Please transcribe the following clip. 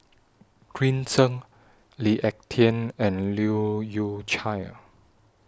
Green Zeng Lee Ek Tieng and Leu Yew Chye